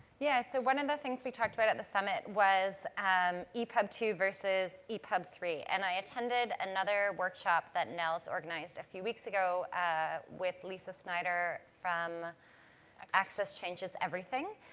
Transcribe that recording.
yeah. so, one of the things we talked about at the summit was and epub two versus epub three. and i attended another workshop that nnels organised a few weeks ago ah with lisa snyder from access changes everything.